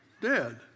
dead